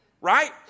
right